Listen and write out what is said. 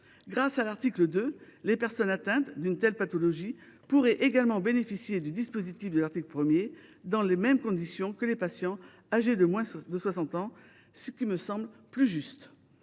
Grâce à l’article 2, les personnes atteintes d’une telle pathologie pourraient également bénéficier du dispositif de l’article 1 dans les mêmes conditions que les patients âgés de moins de 60 ans. Cela me semble plus juste.